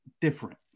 different